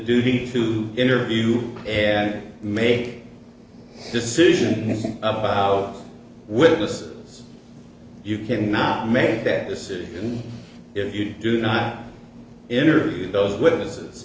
duty to interview and make a decision if witnesses you cannot make that decision if you do not interview those witnesses